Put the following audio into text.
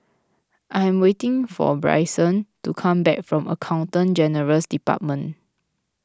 I am waiting for Brycen to come back from Accountant General's Department